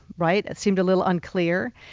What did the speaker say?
right? seemed a little unclear,